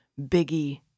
biggie